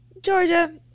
Georgia